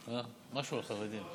משהו על חרדים,